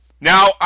Now